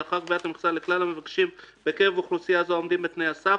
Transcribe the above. לאחר קביעת המכסה לכלל המבקשים בקרב אוכלוסייה זו העומדים בתנאי הסף,